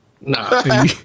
Nah